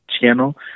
channel